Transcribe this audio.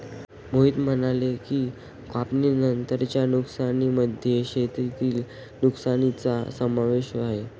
मोहित म्हणाले की, कापणीनंतरच्या नुकसानीमध्ये शेतातील नुकसानीचा समावेश आहे